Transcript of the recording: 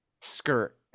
skirt